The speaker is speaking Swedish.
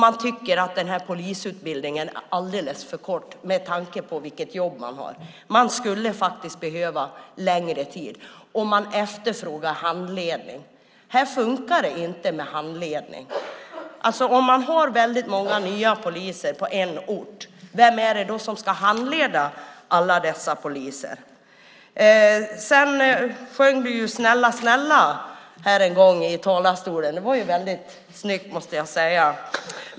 Man tycker att den här polisutbildningen är alldeles för kort med tanke på vilket jobb man har. Man skulle faktiskt behöva längre tid, och man efterfrågar handledning. Här fungerar det inte med handledning. Om man har väldigt många nya poliser på en ort, vem är det då som ska handleda alla dessa poliser? Du sjöng Snälla snälla här en gång i talarstolen. Det var ju väldigt snyggt, måste jag säga!